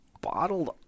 bottled